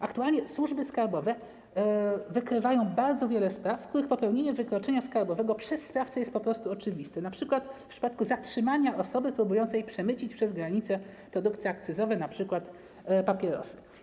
Aktualnie służby skarbowe wykrywają bardzo wiele spraw, w przypadku których popełnienie wykroczenia skarbowego przez sprawcę jest po prostu oczywiste, jak w przypadku zatrzymania osoby próbującej przemycić przez granicę produkty akcyzowe, np. papierosy.